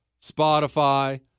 Spotify